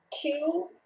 two